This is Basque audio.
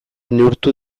neurtu